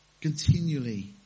continually